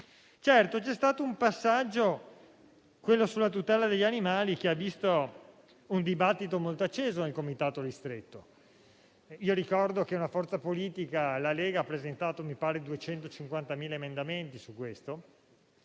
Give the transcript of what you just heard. Certo, c'è stato un passaggio, quello sulla tutela degli animali, che ha visto un dibattito molto acceso in seno al comitato ristretto. Io ricordo che una forza politica, la Lega, ha presentato - mi pare - 250.000 emendamenti su questo.